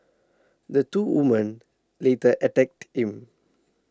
the two women later attacked him